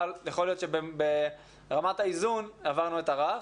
יכול להיות שברמת האיזון עברנו את הרף.